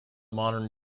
modern